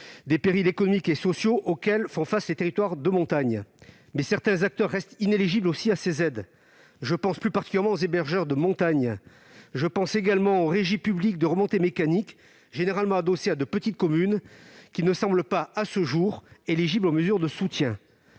des périls économiques et sociaux auxquels font face les territoires de montagne, mais certains acteurs restent inéligibles à ces aides. Je pense plus particulièrement aux hébergeurs de montagne ou aux régies publiques de remontées mécaniques, généralement adossées à de petites communes, qui ne semblent pas, à ce jour, éligibles aux mesures de soutien.